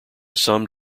some